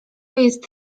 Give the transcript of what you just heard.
jest